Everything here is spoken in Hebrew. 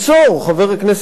חבר הכנסת דנון,